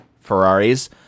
Ferraris